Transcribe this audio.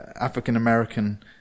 African-American